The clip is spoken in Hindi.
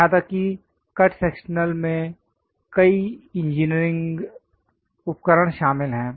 यहां तक कि कट सेक्शनल में कई इंजीनियरिंग उपकरण शामिल हैं